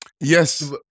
Yes